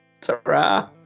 ta-ra